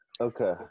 Okay